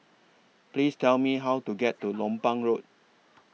Please Tell Me How to get to Lompang Road